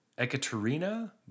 Ekaterina